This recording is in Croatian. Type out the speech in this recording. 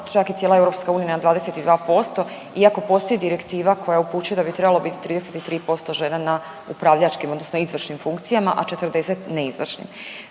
čak je i cijela na 22% iako postoji direktiva koja upućuje da bi trebalo bit 33% žena na upravljačkim odnosno izvršnim funkcijama, a 40 neizvršnim.